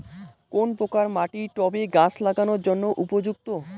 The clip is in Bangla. কোন প্রকার মাটি টবে গাছ লাগানোর জন্য উপযুক্ত?